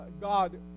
God